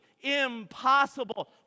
impossible